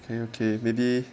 okay okay maybe